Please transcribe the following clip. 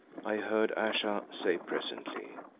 i heard ayesha say presently,